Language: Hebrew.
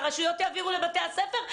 הרשויות יעבירו לבתי-הספר,